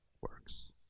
works